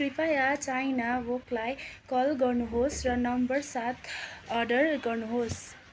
कृपया चाइना वोकलाई कल गर्नुहोस् र नम्बर सात अर्डर गर्नुहोस्